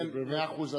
כן, מאה אחוז.